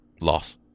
Loss